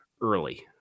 early